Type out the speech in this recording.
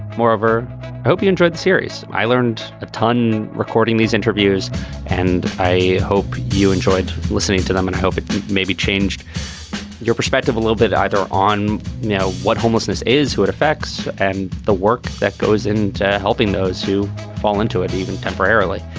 moreover, i hope you enjoyed series i learned a ton recording these interviews and i hope you enjoyed listening to them. and i hope it maybe changed your perspective a little bit either. on now what homelessness is, who it affects and the work that goes into helping those who fall into it, even temporarily.